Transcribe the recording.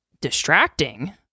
distracting